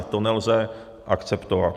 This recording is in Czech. To nelze akceptovat.